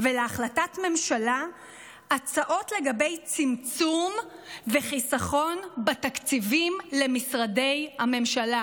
ולהחלטת ממשלה הצעות לגבי צמצום וחיסכון בתקציבים למשרדי הממשלה.